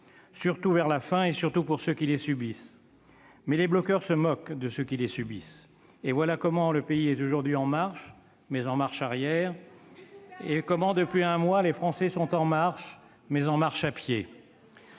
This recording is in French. surtout vers la fin, et surtout pour ceux qui les subissent, mais les bloqueurs se moquent de ceux qui les subissent. Et voilà comment le pays est aujourd'hui en marche, mais en marche arrière, et comment depuis un mois les Français sont en marche, mais à pied